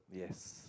yes